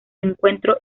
encuentro